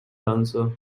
dancer